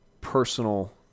personal